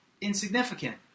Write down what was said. insignificant